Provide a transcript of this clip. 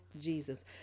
Jesus